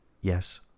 Yes